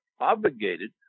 obligated